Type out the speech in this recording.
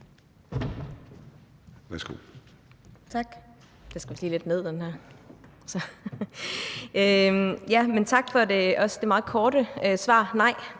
Tak.